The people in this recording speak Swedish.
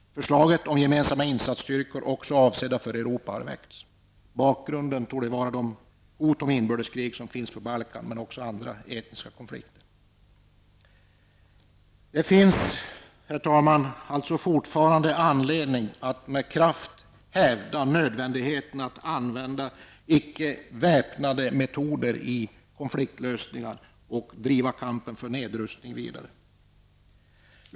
Förslaget om gemensamma insatsstyrkor också avsedda för Europa har väckts. Bakgrunden torde vara de hot mot inbördeskrig som finns på Balkan, men också andra etniska konflikter. Herr talman! Det finns fortfarande anledning att med kraft hävda nödvändigheten att använda icke väpnade metoder i konfliktlösningar och driva kampen för nedrustning vidare.